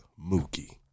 Mookie